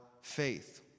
faith